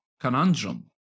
conundrum